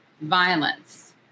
violence